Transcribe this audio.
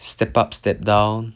step up step down